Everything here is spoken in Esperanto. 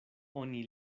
oni